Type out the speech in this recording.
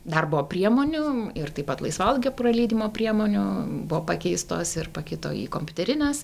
darbo priemonių ir taip pat laisvalaikio praleidimo priemonių buvo pakeistos ir pakito į kompiuterines